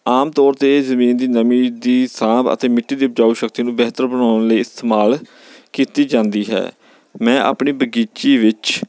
ਆਮ ਤੌਰ 'ਤੇ ਜ਼ਮੀਨ ਦੀ ਨਮੀਂ ਦੀ ਸਾਂਭ ਅਤੇ ਮਿੱਟੀ ਦੀ ਉਪਜਾਊ ਸ਼ਕਤੀ ਨੂੰ ਬਿਹਤਰ ਬਣਾਉਣ ਲਈ ਇਸਤੇਮਾਲ ਕੀਤੀ ਜਾਂਦੀ ਹੈ ਮੈਂ ਆਪਣੀ ਬਗੀਚੀ ਵਿੱਚ